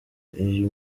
uyu